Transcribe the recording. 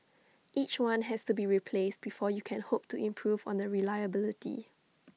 each one has to be replaced before you can hope to improve on the reliability